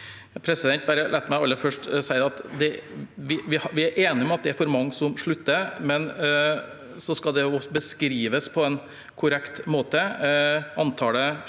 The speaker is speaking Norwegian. si at vi er enige om at det er for mange som slutter, men det skal beskrives på en korrekt måte.